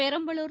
Perambalur